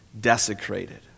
desecrated